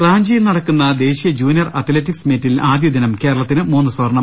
റാഞ്ചിയിൽ നടക്കുന്ന ദേശീയ ജൂനിയർ അത്ലറ്റിക്സ് മീറ്റിൽ ആദ്യ ദിനം കേരളത്തിന് മൂന്ന് സ്വർണം